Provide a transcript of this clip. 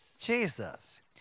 Jesus